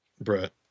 Brett